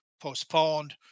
postponed